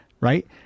right